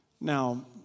Now